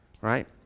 right